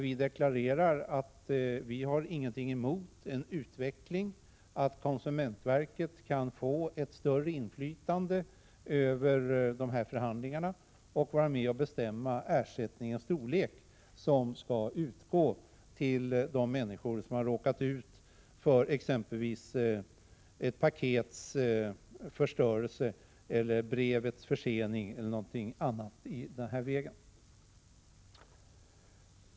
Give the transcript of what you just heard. Vi deklarerar där att vi inte har någonting emot en utveckling som innebär att konsumentverket kan få ett större inflytande över de här förhandlingarna och vara med och bestämma storleken på den ersättning som skall utgå till människor som har råkat ut för exempelvis att ett paket blivit förstört, ett brev försenats eller någonting annat i den vägen.